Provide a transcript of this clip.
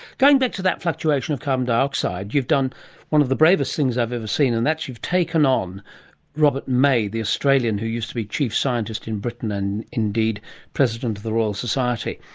going back to that fluctuation of carbon dioxide, you've done one of the bravest things i've ever seen and that is you've taken on robert may, the australian who used to be chief scientist in britain and indeed president of the royal society,